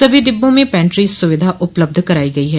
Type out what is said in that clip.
सभी डिब्बों में पैन्ट्री सुविधा उपलब्ध कराई गई है